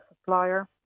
supplier